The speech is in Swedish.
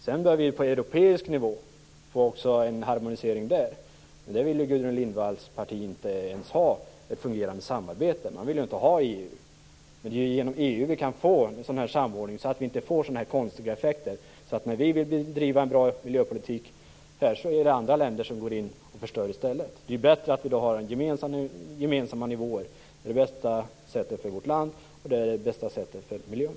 Sedan bör vi på europeisk nivå få en harmonisering också där. Gudrun Lindvalls parti vill inte ens ha ett fungerande samarbete. Man vill inte ha EU. Men det är ju genom EU vi kan få en samordning så att vi inte får sådana här konstiga effekter där andra länder förstör när vi vill driva en bra miljöpolitik. Det är bättre att vi har gemensamma nivåer. Det är det bästa sättet för vårt land och för miljön.